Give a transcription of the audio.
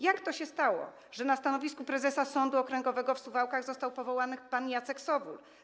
Jak to się stało, że na stanowisko prezesa Sądu Okręgowego w Suwałkach został powołany pan Jacek Sowul?